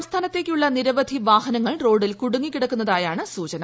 സംസ്ഥാനത്തേക്കുള്ള നിരവധി വാഹനങ്ങൾ റോഡിൽ കുടുങ്ങിക്കിടക്കുന്നതായാണ് സൂചന